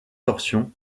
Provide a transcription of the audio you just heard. torsion